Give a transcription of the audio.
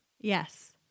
yes